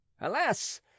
alas